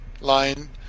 line